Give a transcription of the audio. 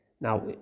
now